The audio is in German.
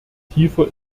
tiefer